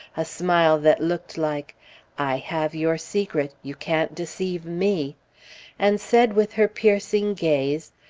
a smile that looked like i have your secret you can't deceive me and said with her piercing gaze,